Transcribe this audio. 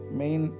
main